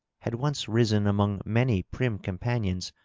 had once risen among many prim companions,